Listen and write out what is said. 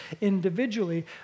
individually